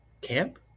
Camp